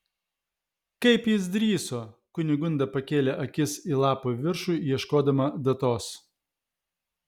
kaip jis drįso kunigunda pakėlė akis į lapo viršų ieškodama datos